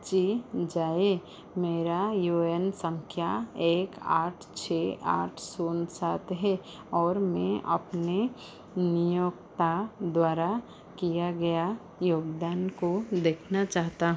जाँच की जाए मेरा यू ए एन संख्या एक आठ छः आठ शून्य सात है और मैं अपने नियोक्ता द्वारा किया गया योगदान को देखना चाहता